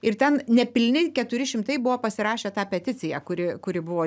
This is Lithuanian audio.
ir ten ne pilni keturi šimtai buvo pasirašę tą peticiją kuri kuri buvo